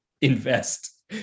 invest